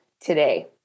today